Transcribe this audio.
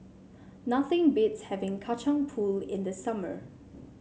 nothing beats having Kacang Pool in the summer